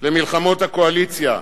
במלחמות הקואליציה,